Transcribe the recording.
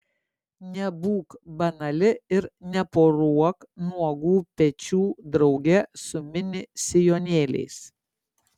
nebūk banali ir neporuok nuogų pečių drauge su mini sijonėliais